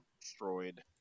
destroyed